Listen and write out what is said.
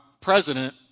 president